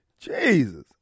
Jesus